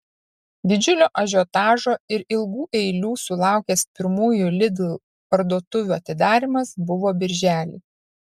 didžiulio ažiotažo ir ilgų eilių sulaukęs pirmųjų lidl parduotuvių atidarymas buvo birželį